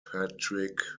patrick